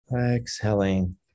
Exhaling